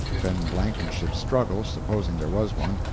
ben blankenship's struggle, supposing there was one,